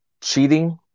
cheating